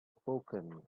spoken